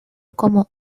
como